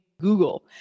Google